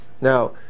now